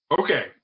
Okay